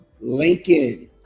Lincoln